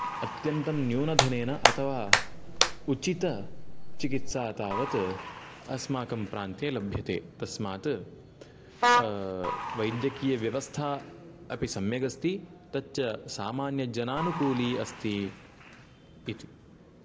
अत्यन्तं न्यूनधनेन अथवा उचितचिकित्सा तावत् अस्माकं प्रान्त्ये लभ्यते तस्मात् वैद्यकीयव्यवस्था अपि सम्यगस्ति तच्च सामान्यजनानुकूली अस्ति इति